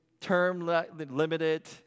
term-limited